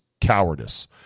Cowardice